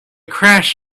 crash